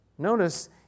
Notice